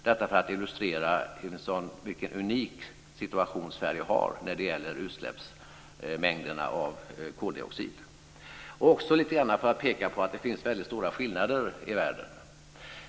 Detta för att illustrera vilken unik situation Sverige har när det gäller utsläppsmängden av koldioxid och också lite grann peka på att det finns väldigt stora skillnader i världen.